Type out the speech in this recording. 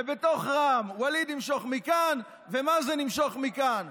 ובתוך רע"מ ווליד ימשוך מכאן ומאזן ימשוך מכאן,